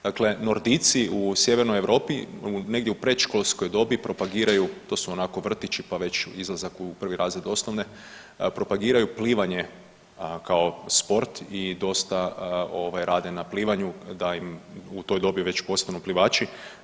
Dakle, Nordijci u Sjevernoj Europi negdje u predškolskoj dobi propagiraju to su onako vrtići, pa već izlazak u prvi razred osnovne, propagiraju plivanje kao sport i dosta rade na plivanju da im u toj dobi već postanu plivači.